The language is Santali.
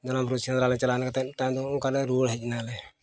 ᱚᱱᱟ ᱵᱩᱨᱩ ᱥᱮᱸᱫᱽᱨᱟᱹ ᱞᱮ ᱪᱟᱞᱟᱣᱮᱱ ᱜᱮ ᱛᱟᱭᱚᱢ ᱫᱚ ᱚᱱᱠᱟ ᱞᱮ ᱨᱩᱣᱟᱹᱲ ᱦᱮᱡ ᱮᱱᱟᱞᱮ